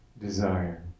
desire